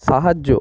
সাহায্য